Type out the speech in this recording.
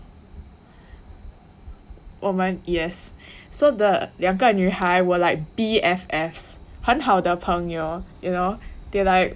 我们 yes so 的两个女孩 were like B_F_F 很好的朋友 you know they like